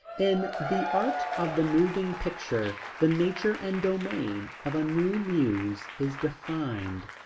in the art of the moving picture the nature and domain of a new muse is defined.